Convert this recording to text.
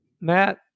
Matt